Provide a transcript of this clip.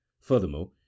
Furthermore